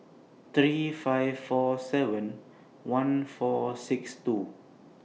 three five four seven one four six two